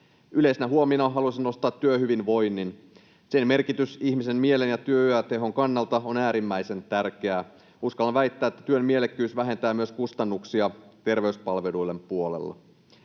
Yleisenä huomiona haluaisin nostaa työhyvinvoinnin. Sen merkitys ihmisen mielen ja työtehon kannalta on äärimmäisen tärkeä. Uskallan väittää, että työn mielekkyys vähentää myös kustannuksia terveyspalveluiden puolella.